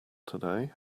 today